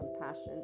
compassion